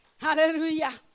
Hallelujah